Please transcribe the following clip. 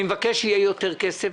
אני מבקש שיהיה יותר כסף,